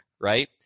right